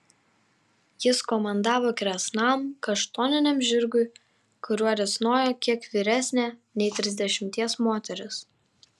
jis komandavo kresnam kaštoniniam žirgui kuriuo risnojo kiek vyresnė nei trisdešimties moteris